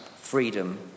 freedom